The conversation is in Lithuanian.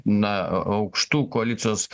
na a aukštų koalicijos